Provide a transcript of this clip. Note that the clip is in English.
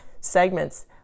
segments